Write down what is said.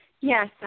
Yes